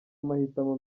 amahitamo